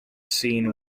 scene